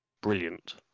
brilliant